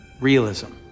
Realism